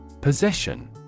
Possession